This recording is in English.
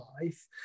life